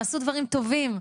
ועשו דברים טובים,